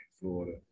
Florida